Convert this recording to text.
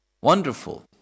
Wonderful